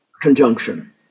conjunction